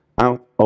out